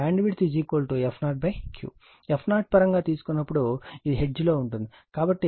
f0 పరంగా తీసుకున్నప్పుడు ఇది హెర్ట్జ్లో ఉంటుంది కాబట్టి 175 103 Q 50 కాబట్టి 3